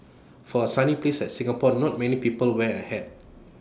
for A sunny places Singapore not many people wear A hat